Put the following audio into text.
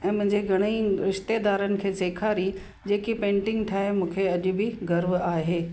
ऐं मुंहिंजे घणेई रिशतेदारनि खे सेखारी जेकी पेंटिंग ठाहे मूंखे अॼु बि गर्व आहे